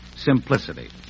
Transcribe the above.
simplicity